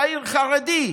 צעיר חרדי,